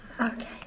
Okay